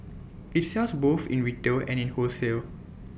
IT sells both in retail and in wholesale